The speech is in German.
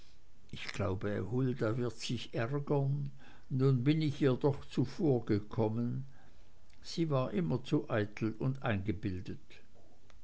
ich glaube hulda wird sich ärgern nun bin ich ihr doch zuvorgekommen sie war immer zu eitel und eingebildet